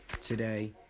today